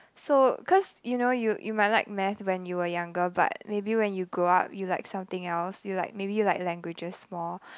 so cause you know you you might like math when you were younger but maybe when you grow up you like something else you like maybe you like languages more